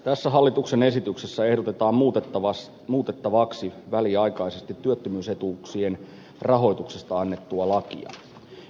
tässä hallituksen esityksessä ehdotetaan muutettavaksi väliaikaisesti työttömyysetuuksien rahoituksesta annettua lakia